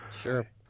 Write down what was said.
sure